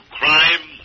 crime